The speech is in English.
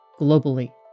globally